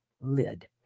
lid